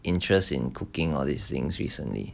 interest in cooking all these things recently